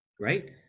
right